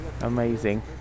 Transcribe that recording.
Amazing